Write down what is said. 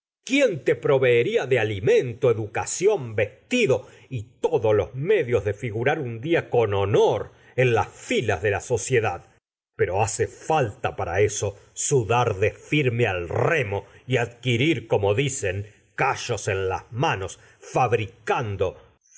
quién te proveería de alimento educación vestido y todos los medios de figurnr un día con honor en las filas de la sociedad pero hace falta para eso sudar de firme al remo y adquirir como dicen callos en las manos fabricando